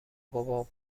بابام